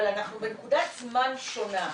אנחנו בנקודת זמן שונה,